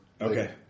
Okay